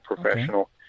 professional